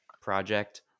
Project